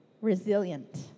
Resilient